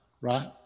right